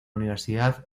universidad